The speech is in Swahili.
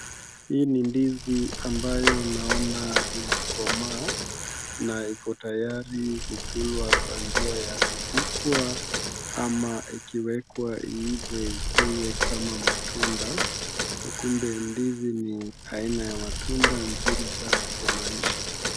Hii ni ndizi ambayo naona imekomaa na iko tayari kukulwa kwa njia ya kupikwa ama ikiwekwaiive ikulwe kama matunda na kumbe ndizi ni aina ya matunda nzuri sana kwa maisha.